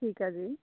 ਠੀਕ ਆ ਜੀ